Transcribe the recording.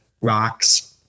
rocks